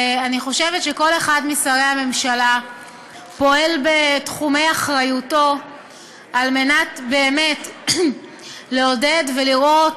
אני חושבת שכל אחד משרי הממשלה פועל בתחומי אחריותו על מנת לעודד ולראות